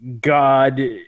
god